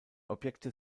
objekte